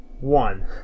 One